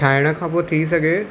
ठाहिण खां पोइ थी सघे